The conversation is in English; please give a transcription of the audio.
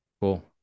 Cool